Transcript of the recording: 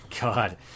God